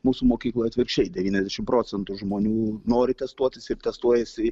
mūsų mokykloje atvirkščiai devyniasdešimt procentų žmonių nori testuotas ir testuojasi